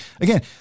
again